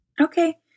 Okay